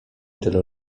tylu